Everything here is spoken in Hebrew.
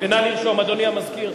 נא לרשום, אדוני המזכיר.